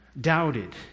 doubted